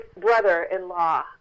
brother-in-law